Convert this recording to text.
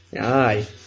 Aye